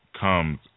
comes